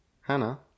Hannah